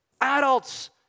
Adults